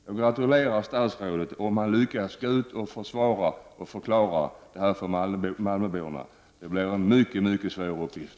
Jag gratulerar statsrådet om han lyckas försvara och förklara ett sådant handlande hos malmöborna. Det blir en mycket svår uppgift.